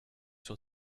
sont